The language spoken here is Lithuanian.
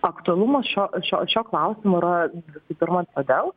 aktualumas šio šio šio klausimo yra visų pirma todėl